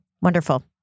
Wonderful